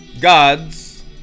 gods